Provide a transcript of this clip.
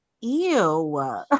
ew